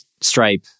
Stripe